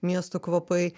miesto kvapai